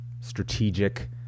strategic